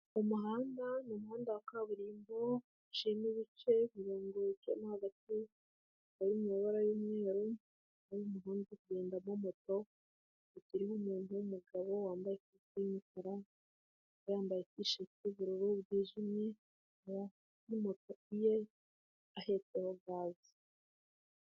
Umuhanda ni umuhanda wa kaburimbo uciyemo ibice imirongo uciyemo hagati uri mu mabara y'umweru harimwo umuntu uri kugenda kuri moto iriho umuntu w'umugabo wambaye y'umukara yambaye tisheti y'ubururu bwijimye hamwe n'umutuku ye ahetseho gaze.